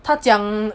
他讲